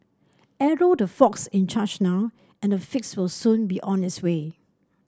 arrow the folks in charge now and a fix will soon be on its way